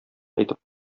әйтеп